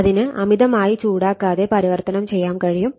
അതിന് അമിതമായി ചൂടാക്കാതെ പരിവർത്തനം ചെയ്യാൻ കഴിയും